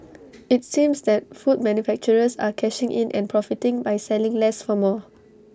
IT seems that food manufacturers are cashing in and profiting by selling less for more